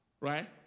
right